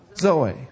Zoe